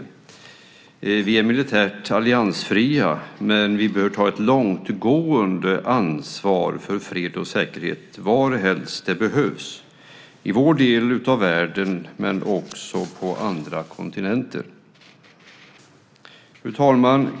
Sverige är militärt alliansfritt, men vi bör ta ett långtgående ansvar för fred och säkerhet varhelst det behövs - i vår del av världen men också på andra kontinenter. Fru talman!